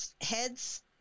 heads